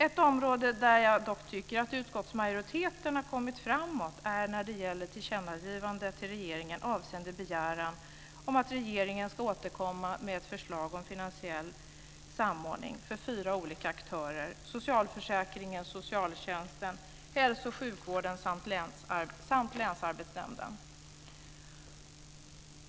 Ett område där jag dock tycker att utskottsmajoriteten kommit framåt är det som gäller tillkännagivandet till regeringen avseende begäran om att regeringen ska återkomma med ett förslag om finansiell samordning för fyra olika aktörer: socialförsäkringen, socialtjänsten, hälso och sjukvården samt länsarbetsnämnden.